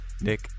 Nick